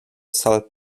sal